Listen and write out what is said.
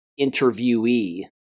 interviewee